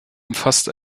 umfasst